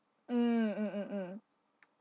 mm mm mm mm